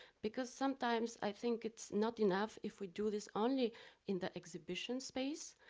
because sometimes, i think it's not enough if we do this only in the exhibition space,